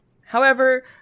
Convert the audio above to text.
However